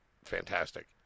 Fantastic